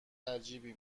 عجیبی